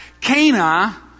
Cana